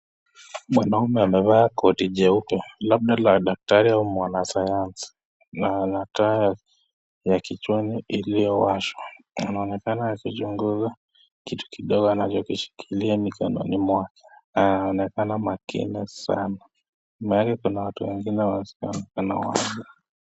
Mwanaume amevaa koti jeupe, labda la daktari au mwanasayansi, na ana taa ya kichwani iliyowashwa. Anaonekana akichunguza kitu kidogo anachokishikilia mikononi mwake. Anaonekana makini sana. Nyuma yake kuna watu wengine wamesimama.